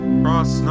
cross